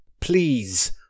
please